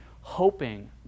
hoping